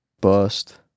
bust